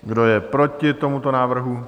Kdo je proti tomuto návrhu?